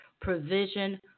provision